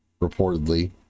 reportedly